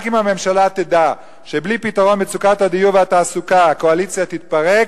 רק אם הממשלה תדע שבלי פתרון מצוקת הדיור והתעסוקה הקואליציה תתפרק,